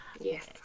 Yes